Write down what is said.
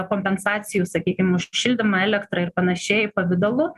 kompensacijų sakykim už šildymą elektrą ir panašiai pavidalu